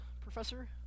professor